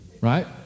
Right